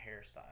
hairstyle